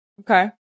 Okay